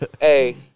Hey